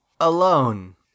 alone